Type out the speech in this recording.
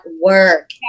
work